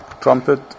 trumpet